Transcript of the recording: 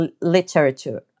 literature